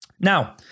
Now